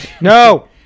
No